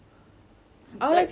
uh awak nampak